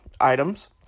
items